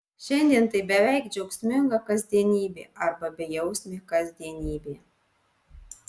šiandien tai beveik džiaugsminga kasdienybė arba bejausmė kasdienybė